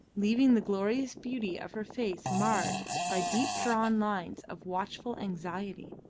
leaving the glorious beauty of her face marred by deep-drawn lines of watchful anxiety.